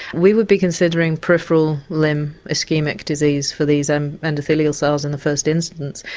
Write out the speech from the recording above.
we would be considering peripheral limb so ischaemic disease for these and endothelial cells in the first instance.